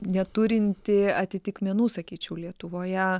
neturintį atitikmenų sakyčiau lietuvoje